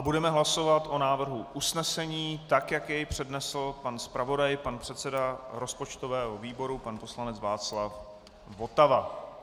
Budeme hlasovat o návrhu usnesení, jak je přednesl pan zpravodaj, předseda rozpočtového výboru poslanec Václav Votava.